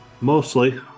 Mostly